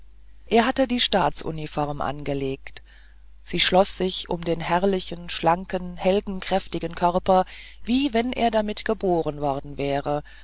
er hatte die staatsuniform angelegt sie schloß sich um den herrlichen schlanken heldenkräftigen körper wie wenn er damit geboren worden wäre